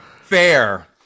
Fair